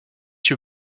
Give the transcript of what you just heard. qui